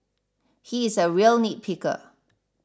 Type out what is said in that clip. he is a real nitpicker